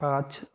पाँच